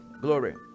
glory